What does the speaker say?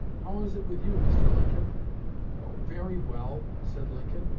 how is it with you, mr. lincoln oh, very well said lincoln.